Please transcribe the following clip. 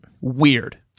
weird